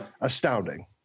astounding